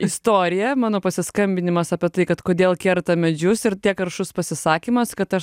istorija mano pasiskambinimas apie tai kad kodėl kerta medžius ir tiek aršus pasisakymas kad aš